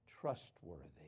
trustworthy